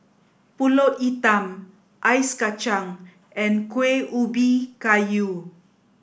Pulut Hitam Ice Kacang and Kuih Ubi Kayu